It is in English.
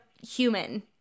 human